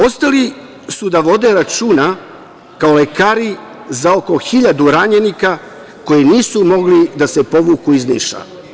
Ostali su da vode računa, kao lekari, za oko hiljadu ranjenika koji nisu mogli da se povuku iz Niša.